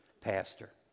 pastor